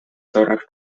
torach